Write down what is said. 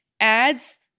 ads